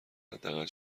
حداقل